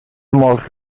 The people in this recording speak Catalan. molts